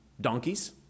donkeys